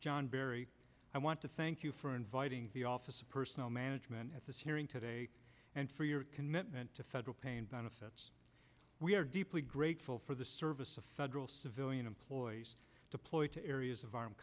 john berry i want to thank you for inviting the office of personnel management at this hearing today and for your commitment to federal paying benefits we are deeply grateful for the service of federal civilian employees deployed to areas of arm